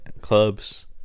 clubs